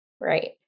right